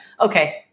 Okay